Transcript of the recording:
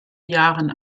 jahren